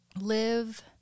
live